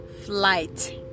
Flight